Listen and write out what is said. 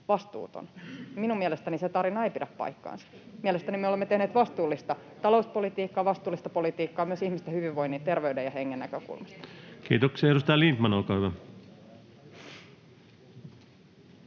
vastuuton — minun mielestäni se tarina ei pidä paikkaansa. Mielestäni me olemme tehneet vastuullista talouspolitiikkaa ja vastuullista politiikkaa myös ihmisten hyvinvoinnin, terveyden ja hengen näkökulmasta. [Speech 86] Speaker: